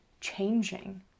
changing